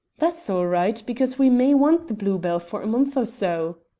that's all right, because we may want the blue-bell for a month or so.